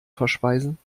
verspeisen